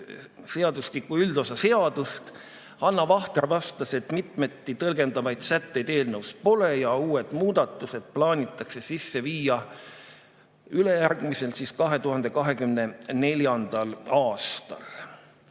keskkonnaseadustiku üldosa seadust. Hanna Vahter vastas, et mitmeti tõlgendatavaid sätteid eelnõus pole ja uued muudatused plaanitakse teha ülejärgmisel, 2024. aastal.